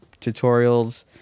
tutorials